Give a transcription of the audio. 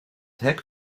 hek